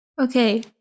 okay